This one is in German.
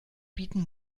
bieten